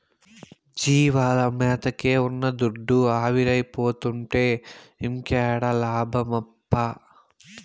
జీవాల మేతకే ఉన్న దుడ్డు ఆవిరైపోతుంటే ఇంకేడ లాభమప్పా